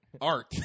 art